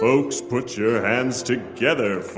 folks, put your hands together